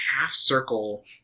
half-circle